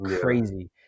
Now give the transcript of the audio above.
crazy